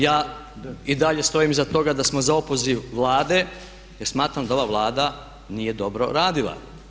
Ja i dalje stojim iza toga da smo za opoziv Vlade jer smatram da ova Vlada nije dobro radila.